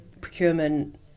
procurement